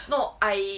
no I